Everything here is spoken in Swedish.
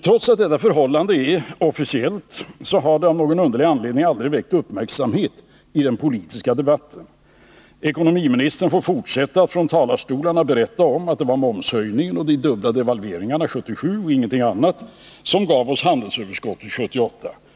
Trots att detta förhållande är officiellt har det av någon underlig anledning aldrig väckt uppmärksamhet i den politiska debatten. Ekonomiministern får fortsätta att från talarstolarna berätta om att det var momshöjningen och de dubbla devalveringarna 1977 och ingenting annat som gav oss handelsöverskottet 1978.